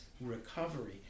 recovery